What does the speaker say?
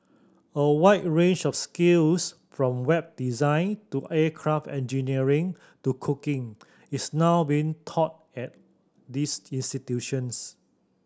a wide range of skills from Web design to aircraft engineering to cooking is now being taught at these institutions